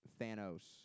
Thanos